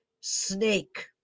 SNAKE